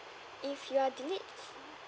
if you are delayed